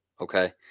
Okay